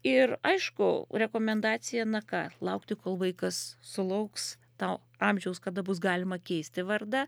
ir aišku rekomendacija na ką laukti kol vaikas sulauks to amžiaus kada bus galima keisti vardą